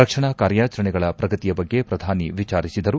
ರಕ್ಷಣಾ ಕಾರ್ಯಾಚರಣೆಗಳ ಪ್ರಗತಿಯ ಬಗ್ಗೆ ಪ್ರಧಾನಿ ವಿಚಾರಿಸಿದರು